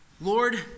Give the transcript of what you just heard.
Lord